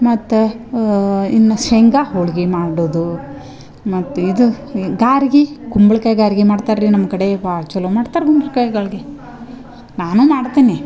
ಮತ್ತು ಇನ್ನ ಶೇಂಗ ಹೋಳಿಗಿ ಮಾಡೋದು ಮತ್ತು ಇದು ಈ ಗಾರ್ಗಿ ಕುಂಬುಳ್ಕಾಯಿ ಗಾರ್ಗಿ ಮಾಡ್ತರೆ ರೀ ನಮ್ಮ ಕಡೆ ಭಾಳ್ ಚಲೋ ಮಾಡ್ತರೆ ಕುಂಬ್ಳಕಾಯ್ ಗಾಳ್ಗಿ ನಾನು ಮಾಡ್ತೀನಿ